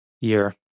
year